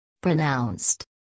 pronounced